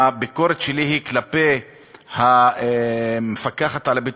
הביקורת שלי היא כלפי המפקחת על הביטוח,